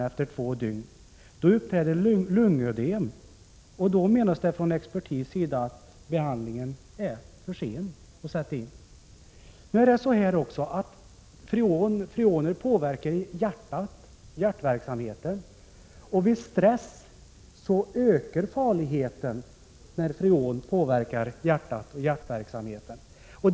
Efter två dygn uppträder lungödem, och då menar expertisen att det är för sent att sätta in behandling. Nu är det också så att freon påverkar hjärtverksamheten, och vid stress ökar farligheten när freon påverkar hjärtat.